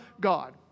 God